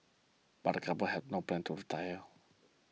but the couple have no plans to